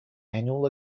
annual